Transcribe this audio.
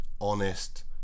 honest